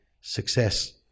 success